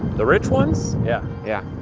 the rich ones? yeah, yeah.